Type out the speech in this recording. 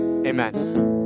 Amen